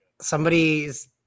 somebody's